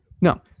No